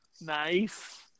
Nice